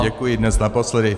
Děkuji, dnes naposledy.